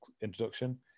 introduction